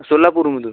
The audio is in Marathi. सोलापूरमधून